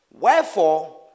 Wherefore